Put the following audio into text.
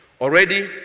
Already